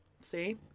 See